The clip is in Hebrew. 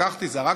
לקחתי, זרקתי.